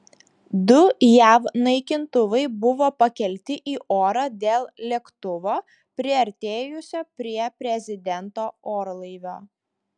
du jav naikintuvai buvo pakelti į orą dėl lėktuvo priartėjusio prie prezidento orlaivio